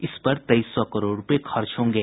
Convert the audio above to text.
इस पर तेईस सौ करोड़ रूपये खर्च होंगे